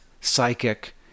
psychic